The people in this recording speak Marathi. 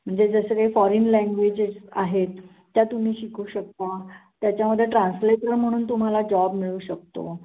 म्हणजे जसं काही फॉरेन लँग्वेजेस आहेत त्या तुम्ही शिकू शकता त्याच्यामध्ये ट्रान्सलेटर म्हणून तुम्हाला जॉब मिळू शकतो